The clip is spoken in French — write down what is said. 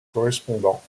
correspondant